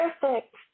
perfect